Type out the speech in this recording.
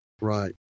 Right